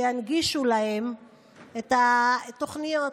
שינגישו להם את התוכניות,